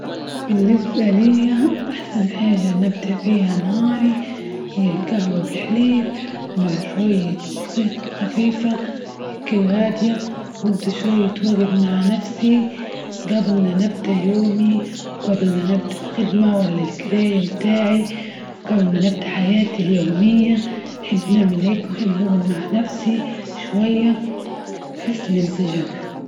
بالنسبة ليا أحسن حاجة نبدأ فيها ناري هي القهوة بالحليب، مع شوية خفيفة هكي وهادية، نقضي شوية وجت مع نفسي، جبل ما نبدأ يومي، وقبل ما نبدأ خدمة ولا الجراية بتاعي، وقبل مانبدأ حياتي اليومية، نحب نعمل هيك، ونحب نقعد مع نفسي شوية بحس بإنسجام.